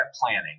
planning